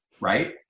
right